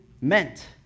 meant